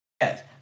yes